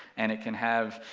and it can have